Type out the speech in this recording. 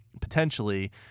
potentially